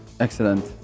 Excellent